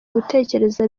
gutekereza